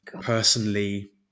personally